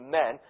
men